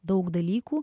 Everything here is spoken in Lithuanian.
daug dalykų